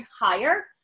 higher